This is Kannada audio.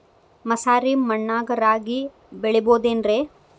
ಮಸಾರಿ ಮಣ್ಣಾಗ ರಾಗಿ ಬೆಳಿಬೊದೇನ್ರೇ?